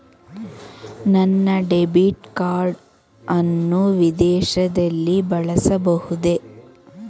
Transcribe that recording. ನನ್ನ debit card ಅನ್ನು ವಿದೇಶದಲ್ಲಿ ಬಳಸಬಹುದೇ?